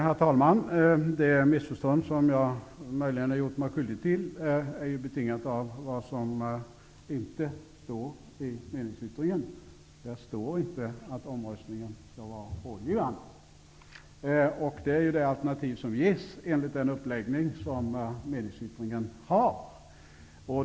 Herr talman! Det missförstånd som jag möjligen har gjort mig skyldig till är betingat av det som inte står i meningsyttringen. Där står att omröstningen skall vara rådgivande. Det är det alternativ som ges enligt den uppläggning som meningsyttringen har.